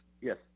Yes